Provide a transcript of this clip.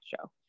show